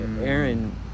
Aaron